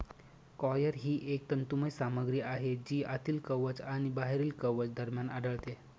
coir ही एक तंतुमय सामग्री आहे जी आतील कवच आणि बाहेरील कवच दरम्यान आढळते